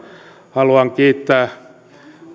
haluan kiittää